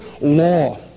law